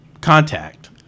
contact